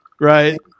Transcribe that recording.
Right